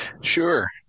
Sure